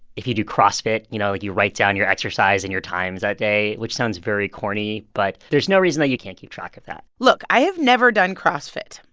if you do crossfit, you know, like, you write down your exercise and your times that day, which sounds very corny, but there's no reason that you can't keep track of that look. i have never done crossfit,